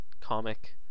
comic